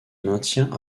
maintient